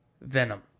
Venom